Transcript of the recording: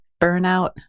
burnout